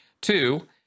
Two